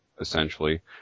essentially